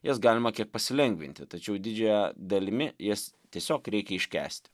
jas galima pasilengvinti tačiau didžiąja dalimi jas tiesiog reikia iškęsti